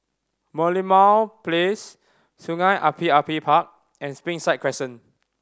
Merlimau Place Sungei Api Api Park and Springside Crescent